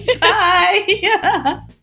Bye